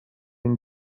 این